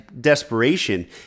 desperation